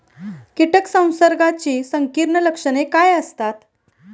कीटक संसर्गाची संकीर्ण लक्षणे काय असतात?